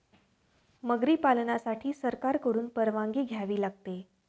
मगरी पालनासाठी सरकारकडून परवानगी घ्यावी लागते